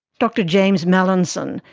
dr james mallinson,